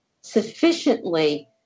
sufficiently